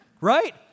right